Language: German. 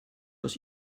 aus